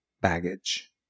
baggage